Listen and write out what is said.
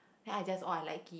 then I just oh I like it